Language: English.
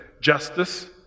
justice